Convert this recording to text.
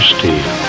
Steve